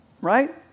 right